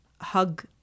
hug